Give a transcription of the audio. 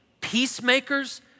peacemakers